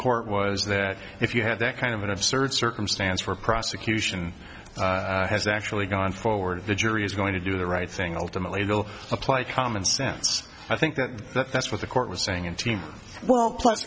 court was that if you have that kind of an absurd circumstance for prosecution has actually gone forward the jury is going to do the right thing ultimately it will apply to common sense i think that that's what the court was saying in team well plus